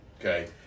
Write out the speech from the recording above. Okay